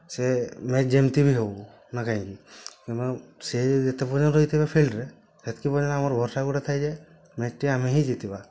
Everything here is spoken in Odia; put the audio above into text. ସେ ମ୍ୟାଚ୍ ଯେମତି ବି ହେଉ ନାଁ କାହିଁକି ସେ ଯେତେ ପର୍ଯ୍ୟନ୍ତ ରହିଥିବେ ଫିଲ୍ଡରେ ସେତକି ପର୍ଯ୍ୟନ୍ତ ଆମର ଭରଷା ଗୋଟେ ଥାଏ ଯେ ମ୍ୟାଚ୍ଟି ଆମେ ହିଁ ଜିତିବା